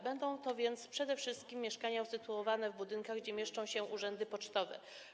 Będą to więc przede wszystkim mieszkania usytuowane w budynkach, gdzie mieszczą się urzędy pocztowe.